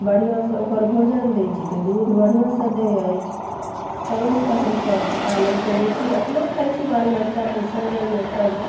बढ़िआँसँ ओकर भोजन दै छी तऽ दूध बढ़िआँसँ दै अछि तऽ ओहिसँ हमसब पालन करै छी अपन खाइ छी बाल बच्चा पोसल जाइ यऽ सब